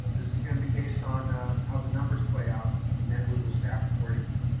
this is going to be based on how the numbers play out and then we will staff accordingly.